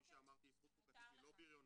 כפי שאמרתי, זכות חוקתית היא לא בריונות.